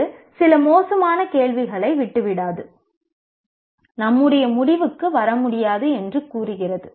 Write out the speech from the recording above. இது சில மோசமான கேள்விகளை விட்டுவிடாது நம்முடைய முடிவுக்கு வரமுடியாது என்று கூறுகிறது